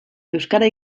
euskara